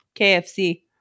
KFC